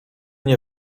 nie